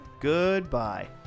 Goodbye